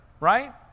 right